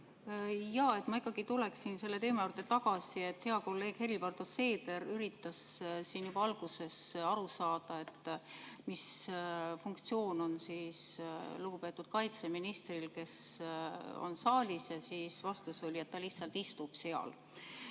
Jaa, ma ikkagi tuleksin selle teema juurde tagasi. Hea kolleeg Helir-Valdor Seeder üritas juba alguses aru saada, mis funktsioon on lugupeetud kaitseministril, kes on saalis, ja vastus oli, et ta lihtsalt istub siin.